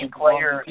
player